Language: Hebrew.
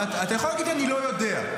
אתה יכול להגיד: אני לא יודע.